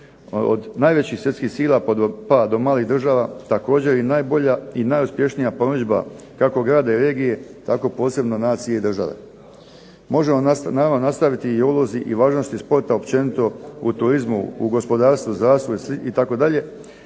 od najvećih svjetskih sila pa do malih država također i najbolja i najuspješnija promidžba, kako grada i regije, tako posebno nacije i države. Možemo naravno nastaviti i o ulozi i važnosti sporta općenito u turizmu, u gospodarstvu, zdravstvu itd.,